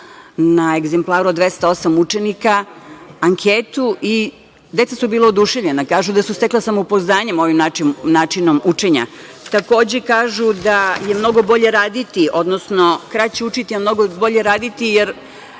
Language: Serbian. na egzemplaru od 208 učenika, anketu i deca su bila oduševljena. Kažu da su stekla samopouzdanje ovim načinom učenja. Takođe, kažu da je mnogo bolje raditi, odnosno kraće učiti, a mnogo bolje raditi, jer